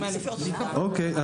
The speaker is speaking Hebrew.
בוודאי.